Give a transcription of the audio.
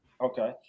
okay